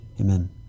Amen